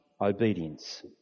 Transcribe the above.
obedience